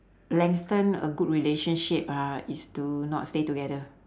lengthen a good relationship uh is to not stay together